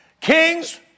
Kings